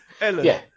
Ellen